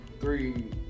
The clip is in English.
three